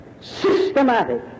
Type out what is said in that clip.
systematic